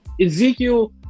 Ezekiel